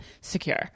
secure